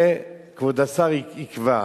שכבוד השר יקבע,